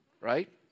right